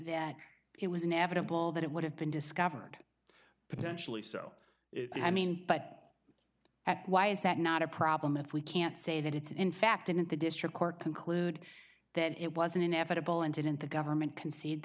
that it was inevitable that it would have been discovered potentially so i mean but at why is that not a problem if we can't say that it's in fact in the district court conclude that it wasn't inevitable and didn't the government concede